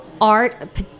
art